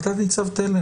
אבל תת-ניצב תלם.